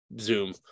Zoom